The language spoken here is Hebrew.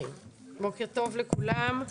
בוקר טוב לכולם,